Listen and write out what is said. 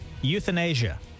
Euthanasia